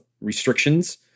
restrictions